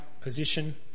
position